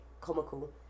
comical